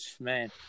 man